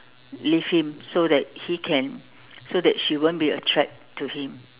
leave him so that he can so that she won't be attract to him